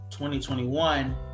2021